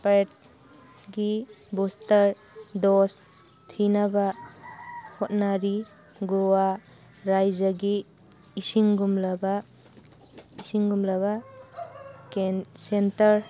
ꯄꯦꯠꯀꯤ booster dose ꯊꯤꯅꯕ ꯍꯣꯠꯅꯔꯤ ꯒꯣꯋꯥ ꯔꯥꯏꯖ꯭ꯌꯥꯒꯤ ꯏꯁꯤꯡꯒꯨꯝꯂꯕ ꯏꯁꯤꯡꯒꯨꯝꯂꯕ ꯁꯦꯟꯇꯔ